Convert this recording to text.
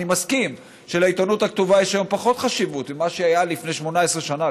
אני מסכים שלעיתונות הכתובה יש היום פחות חשיבות ממה שהיה לפני 18 שנה,